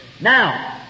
Now